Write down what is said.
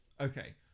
Okay